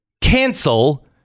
Cancel